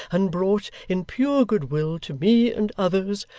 and brought, in pure goodwill to me and others,